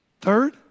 Third